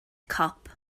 cop